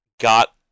got